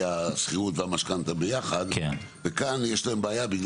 השכירות והמשכנתא ביחד וכאן יש להם בעיה,